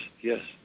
Yes